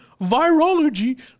Virology